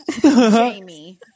Jamie